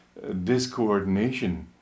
discoordination